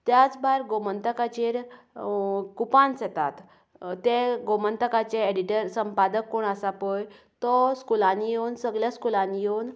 त्याच भायर गोमन्तकाचेर कुपान्स येतात ते गोमन्तकाचे एडिटर संपादक कोण आसा पय तो स्कुलांनी येवन सगल्या स्कुलांनी येवन